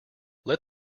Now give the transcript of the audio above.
let